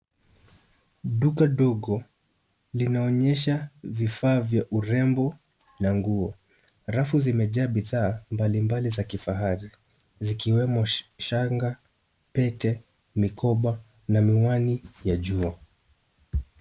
Duka dogo linaonyesha vifaa vya urembo na nguo. Rafu zimejaa vifaa mbali mbali za kifahari zikiwemo shanga, pete, mikoba na miwani ya jua.